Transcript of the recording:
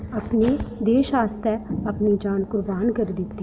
अपने देश आस्तै अपनी जान कुर्बान करी दित्ती